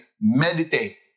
Meditate